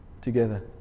together